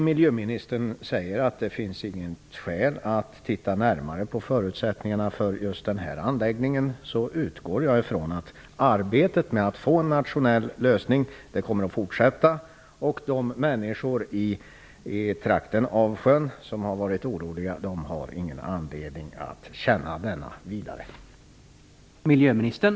Miljöministern säger att det inte finns något skäl att titta närmare på förutsättningarna för just den här anläggningen, och jag utgår då ifrån att arbetet med att få till stånd en nationell lösning kommer att fortsätta och att de människor i trakten av sjön som har varit oroliga inte längre har någon anledning att känna oro.